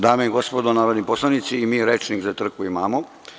Dame i gospodo narodni poslanici, i mi rečnik za trku imamo.